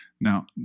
Now